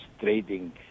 trading